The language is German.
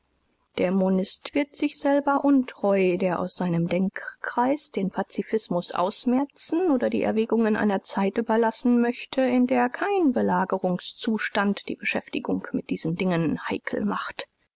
der monist wird sich selber untreu der aus seinem denkkreis den paz ausmerzen oder die erwägungen einer zeit überlassen möchte in der kein belagerungszustand die beschäftigung mit diesen dingen heikel macht